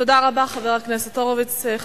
חבר הכנסת הורוביץ, תודה רבה.